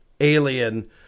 alien